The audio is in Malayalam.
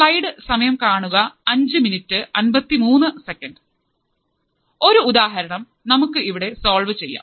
സ്ലൈഡ് സമയം കാണുക 0553 ഒരു ഉദാഹരണം നമുക്ക് ഇവിടെ സോൾവ് ചെയ്യാം